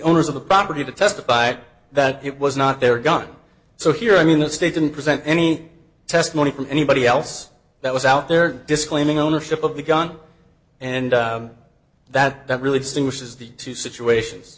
owners of the property to testify that it was not their gun so here i mean the state didn't present any testimony from anybody else that was out there disclaiming ownership of the gun and that that really distinguishes the two situations